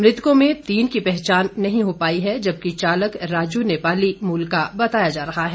मृतकों में तीन की पहचान नहीं हो पाई है जबकि चालक राजू नेपाली मूल का बताया जा रहा है